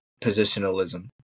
positionalism